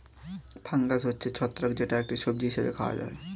fungus হচ্ছে ছত্রাক যেটা একটি সবজি হিসেবে খাওয়া হয়